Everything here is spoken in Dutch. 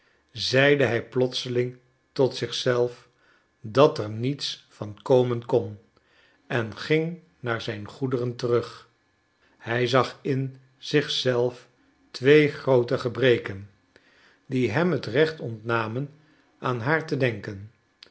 zeide hij plotseling tot zich zelf dat er niets van komen kon en ging naar zijn goederen terug hij zag in zich zelf twee groote gebreken die hem het recht ontnamen aan haar te denken